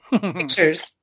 pictures